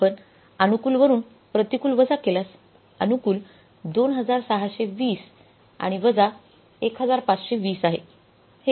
आपण अनुकूल वरून प्रतिकूल वजा केल्यास अनुकूल 2620 आणि वजा 1520 आहे